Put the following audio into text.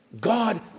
God